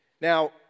Now